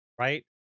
right